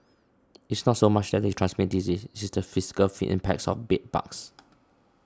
it's not so much that they transmit disease it's the fiscal impacts of bed bugs